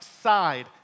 side